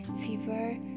fever